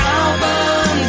album